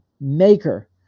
maker